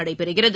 நடைபெறுகிறது